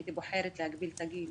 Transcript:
הייתי בוחרת להגביל את הגיל